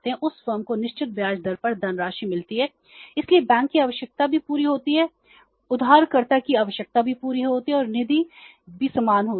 उस फर्म को निश्चित ब्याज दर पर धनराशि मिलती है इसलिए बैंक की आवश्यकता भी पूरी होती है उधारकर्ता की आवश्यकता भी पूरी होती है और निधि भी समान होती है